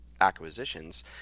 acquisitions